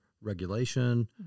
regulation